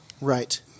Right